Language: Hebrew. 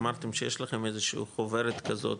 אמרתם שיש לכם איזשהו חוברת כזאת,